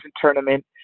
tournament